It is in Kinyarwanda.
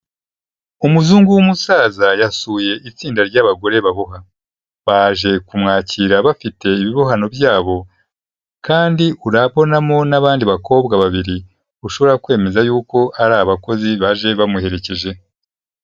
Umuzungu w'umusaza yasuye itsinda ry'abagore baboha, baje kumwakira bafite ibibohano byabo kandi urabonamo n'abandi bakobwa babiri ushobora kwemeza yuko hari abakozi baje bamuherekeje.